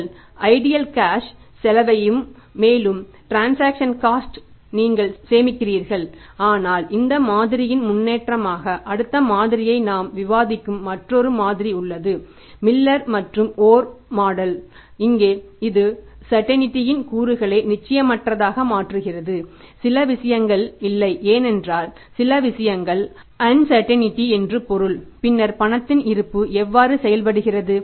உங்கள் ஐடியல் என்று பொருள் பின்னர் பணத்தின் இருப்பு எவ்வாறு செயல்படுவது